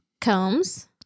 Combs